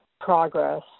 progress